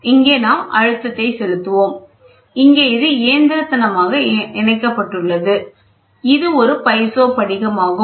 இங்கே நாம் அழுத்தத்தைப் செலுத்துவோம் இங்கே அது இயந்திரத்தனமாக இணைக்கப்பட்டுள்ளது இது ஒரு பைசோ படிகமாகும்